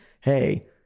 hey